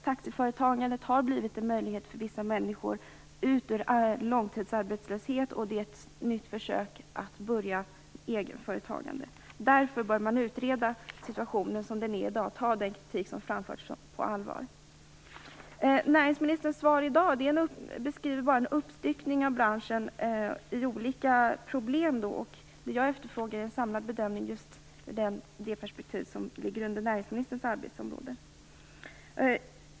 Taxiföretagandet har blivit en möjlighet för vissa människor att ta sig ur långtidsarbetslöshet. Det är ett nytt försök att börja med egenföretagande. Därför bör man utreda situationen som den ser ut i dag och ta den kritik som framförts på allvar. Näringsministerns svar i dag beskriver bara en uppstyckning av branschen i olika problem. Det jag efterfrågar är en samlad bedömning just ur det perspektiv som är näringsministerns arbetsområde.